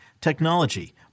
technology